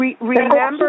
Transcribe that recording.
remember